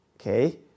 Okay